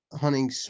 hunting